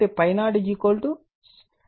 5 degree